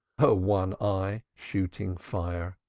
her one eye shooting fire.